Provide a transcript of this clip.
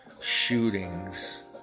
shootings